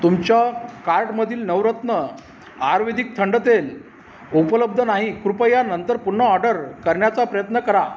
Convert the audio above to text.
तुमच्या कार्टमधील नवरत्न आयुर्वेदिक थंड तेल उपलब्ध नाही कृपया नंतर पूर्ण ऑर्डर करण्याचा प्रयत्न करा